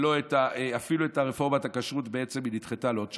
ואפילו רפורמת הכשרות בעצם נדחתה לעוד שנה.